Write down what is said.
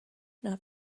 not